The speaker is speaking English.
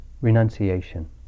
renunciation